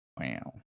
Wow